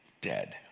dead